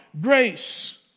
grace